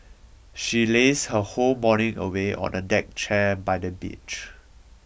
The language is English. she lazed her whole morning away on a deck chair by the beach